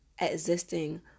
existing